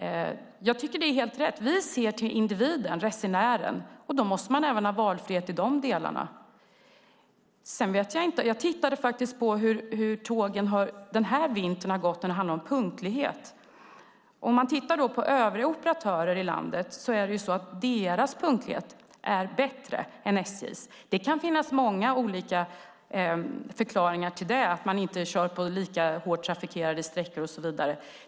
Jag tycker att det är helt rätt. Vi ser till individen, resenären, och då måste man ha valfrihet även i den delen. Jag tittade faktiskt på hur tågen den här vintern har gått när det handlar om punktlighet. Övriga operatörer i landet är bättre på punkligheten än SJ. Det kan finnas många olika förklaringar till det - att man inte kör på lika hårt trafikerade sträckor och så vidare.